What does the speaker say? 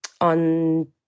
on